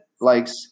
likes